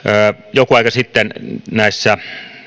joku aika sitten näissä